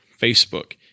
Facebook